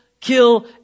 kill